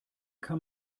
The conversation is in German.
kann